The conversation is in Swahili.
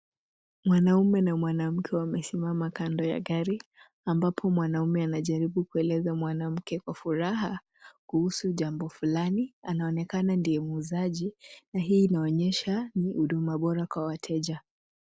Mwanaume na mwanamke wamesimama kando ya gari ambapo mwanaume anajaribu kueleza mwanamke kwa furaha kuhusu jambo fulani. Anaonekana ndiye muuzaji na hii inaonyesha ni huduma bora kwa wateja.